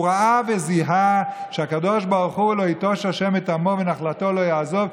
הוא ראה וזיהה שהקדוש ברוך הוא "כי לא יִטֹּש ה' עמו ונחלתו לא יעזֹב",